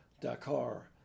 Dakar